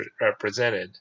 represented